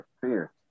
fear